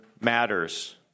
matters